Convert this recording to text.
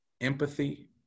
empathy